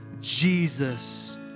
Jesus